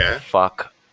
fuck